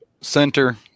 center